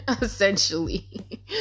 Essentially